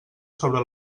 sobre